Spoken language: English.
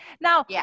now